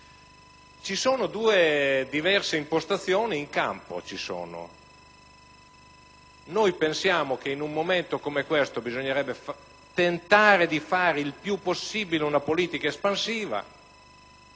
Vi sono due diverse impostazioni in campo: noi pensiamo che in un momento come questo bisognerebbe tentare di attuare il più possibile una politica espansiva,